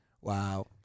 Wow